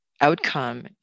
outcome